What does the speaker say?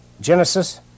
Genesis